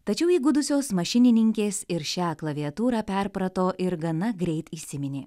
tačiau įgudusios mašininkės ir šią klaviatūrą perprato ir gana greit įsiminė